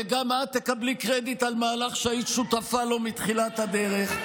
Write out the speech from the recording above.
וגם את תקבלי קרדיט על מהלך שהיית שותפה לו מתחילת הדרך.